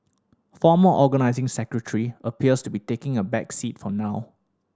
former Organising Secretary appears to be taking a back seat for now